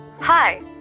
Hi